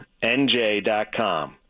NJ.com